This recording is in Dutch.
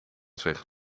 zich